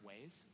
ways